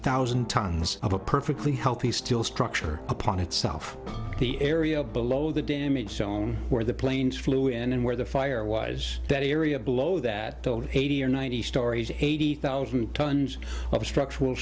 thousand tons of a perfectly healthy still structure upon itself the area below the damage zone where the planes flew in and where the fire was that area below that eighty or ninety stories eighty thousand tons of structural